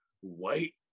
white